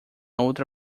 outra